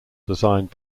designed